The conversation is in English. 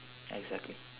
exactly